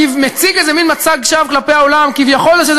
כמציג איזה מין מצג שווא כלפי העולם כביכול יש איזה